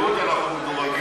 אנחנו נשקול.